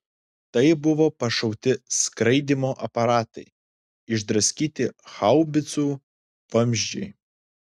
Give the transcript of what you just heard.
tai buvo pašauti skraidymo aparatai išdraskyti haubicų vamzdžiai